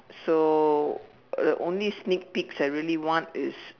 so the only sneak peeks I really want is